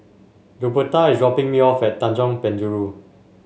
Luberta is dropping me off at Tanjong Penjuru